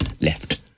left